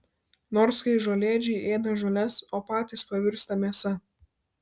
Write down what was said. nors kai žolėdžiai ėda žoles o patys pavirsta mėsa